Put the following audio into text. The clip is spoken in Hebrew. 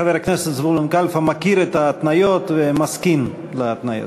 חבר הכנסת זבולון קלפה מכיר את ההתניות ומסכים להתניות.